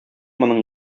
моның